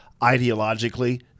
ideologically